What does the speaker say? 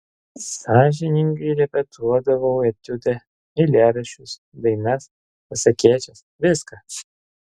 sąžiningai repetuodavau etiudą eilėraščius dainas pasakėčias viską